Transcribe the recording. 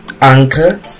Anchor